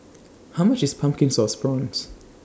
How much IS Pumpkin Sauce Prawns